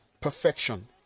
perfection